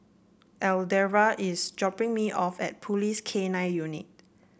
Alverda is dropping me off at Police K Nine Unit